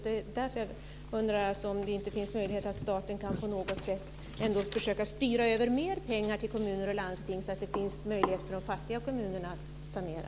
Det är därför jag undrar om det inte finns en möjlighet att staten på något sätt kan försöka styra över mer pengar till kommuner och landsting så att det finns en chans för de fattiga kommunerna att sanera.